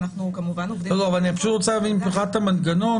ואנחנו כמובן עובדים --- אני פשוט רוצה להבין מבחינת המנגנון.